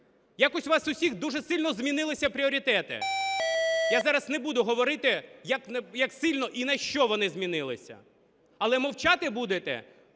Якось у вас у всіх дуже сильно змінилися пріоритети. Я зараз не буду говорити, як сильно і на що вони змінилися. Але мовчати будете